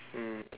mm